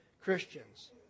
Christians